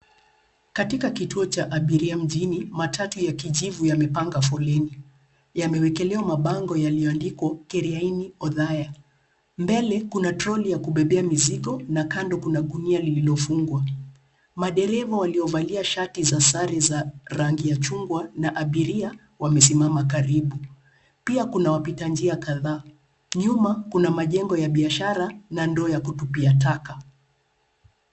Katika kituo cha abiria mjini, matatu ya kijivu yamepanga foleni. Yamewekelewa mabangi yaliyoandika, "Kiriaini Othaya". Mbele kuna troli ya kubebea mizigo na kando kuna gunia lililofungwa. Madereva waliovalia shati za sare za rangi ya chungwa na abiria, wamesimama karibu. Pia kuna wapita njia kadhaa. Nyuma kuna majengo ya biashara na ndoo ya kutupia taka.